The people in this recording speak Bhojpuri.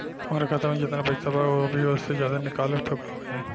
हमरा खाता मे जेतना पईसा बा अभीओसे ज्यादा निकालेम त का होई?